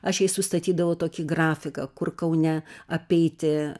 aš jai sustatydavau tokį grafiką kur kaune apeiti